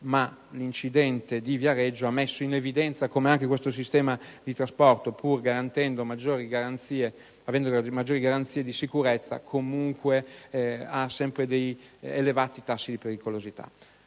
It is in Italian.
ma l'incidente di Viareggio ha messo in evidenza come anche tale sistema di trasporto, pur prevedendo maggiori garanzie di sicurezza, ha sempre degli elevati tassa di pericolosità.